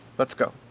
let's go.